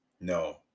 No